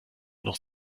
noch